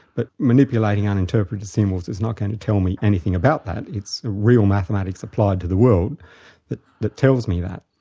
but manipulating uninterpreted symbols is not going to tell me anything about that, it's real mathematics applied to the world that that tells me that.